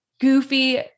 goofy